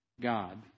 God